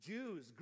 Jews